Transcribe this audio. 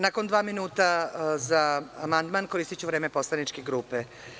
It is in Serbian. Nakon dva minuta za amandman, koristiću vreme poslaničke grupe.